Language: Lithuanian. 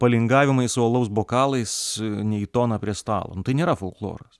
palingavimai su alaus bokalais ne į toną prie stalo nu tai nėra folkloras